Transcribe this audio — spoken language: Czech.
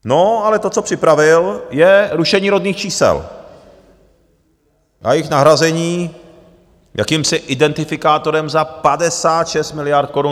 No ale to, co připravil, je rušení rodných čísel a jejich nahrazení jakýmsi identifikátorem za 56 miliard korun.